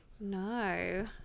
No